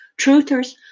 Truthers